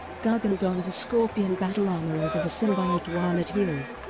gargan dons a scorpion battle armor over the symbiote while it heals,